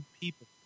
people